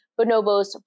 Bonobos